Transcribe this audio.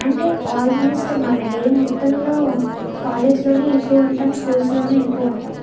అంటే ఆల్మోస్ట్ మన డే మొత్తంలో కాలేజ్లోనే ఎక్కువ ఉంటాము స్కూల్స్లోనే ఎక్కువ ఉంటాము